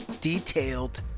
detailed